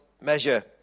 measure